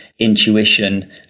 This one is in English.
intuition